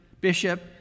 Bishop